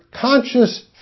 conscious